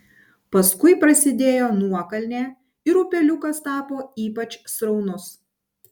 paskui prasidėjo nuokalnė ir upeliukas tapo ypač sraunus